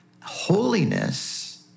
holiness